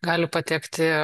gali patekti